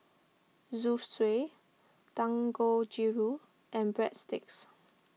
Zosui Dangojiru and Breadsticks